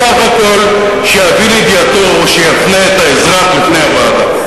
בסך הכול שיביא לידיעתו, שיפנה את האזרח לוועדה.